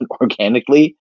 organically